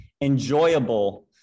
enjoyable